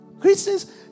Christians